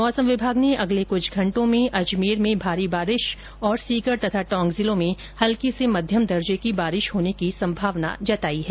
मौसम विभाग ने अगले कुछ घंटों में अजमेर में भारी बारिश और सीकर और टोंक जिलों में हल्की से मध्यम दर्जे की बारिश होने की संभावना जताई है